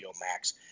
Max